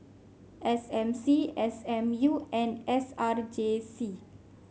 S M C S M U and S R J C